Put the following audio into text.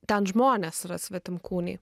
ten žmonės yra svetimkūniai